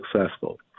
successful